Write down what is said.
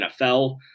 NFL